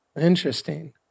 Interesting